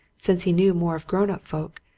since he knew more of grown-up folk,